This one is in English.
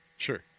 Sure